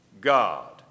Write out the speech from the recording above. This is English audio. God